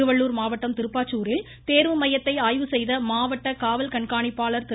திருவள்ளுர் மாவட்டம் திருப்பாச்சூரில் தேர்வு மையத்தை ஆய்வு செய்த மாவட்ட காவல் கண்காணிப்பாளர் திரு